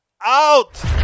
Out